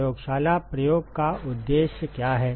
प्रयोगशाला प्रयोग का उद्देश्य क्या है